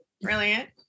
Brilliant